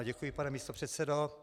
Děkuji, pane místopředsedo.